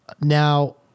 Now